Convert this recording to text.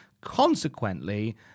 Consequently